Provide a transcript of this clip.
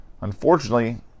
unfortunately